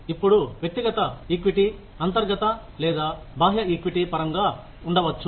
ఇప్పుడు వ్యక్తిగత ఈక్విటీ అంతర్గత లేదా బాహ్య ఈక్విటీ పరంగా ఉండవచ్చు